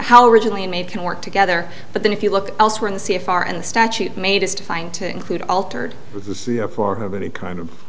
how originally made can work together but then if you look elsewhere in the c f r and the statute made is defined to include altered or for her but it kind of